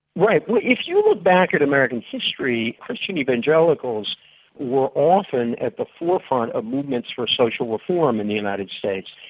right. well if you look back at american history, christian evangelicals were often at the forefront of movements for social reform in the united states.